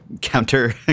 counter